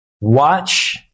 watch